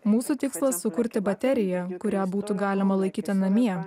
mūsų tikslas sukurti bateriją kurią būtų galima laikyti namie